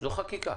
זו חקיקה.